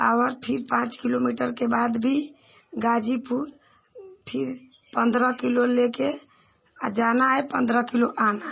और फिर पाँच किलोमीटर के बाद भी गाज़ीपुर फिर पन्द्रह किलो लेकर जाना है और पन्द्रह किलो आना है